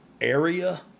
area